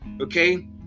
okay